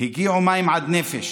"הגיעו מים עד נפש.